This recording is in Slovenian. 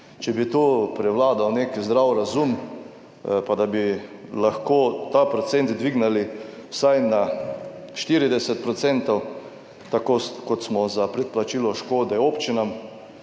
če bi tu prevladal nek zdrav razum pa da bi lahko ta procent dvignili vsaj na 40 %, tako kot smo za predplačilo škode občinam,